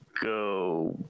go